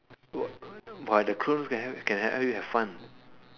but the clones can help you can help you have fun